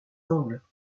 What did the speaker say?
angles